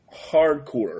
hardcore